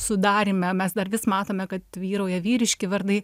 sudaryme mes dar vis matome kad vyrauja vyriški vardai